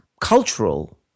cultural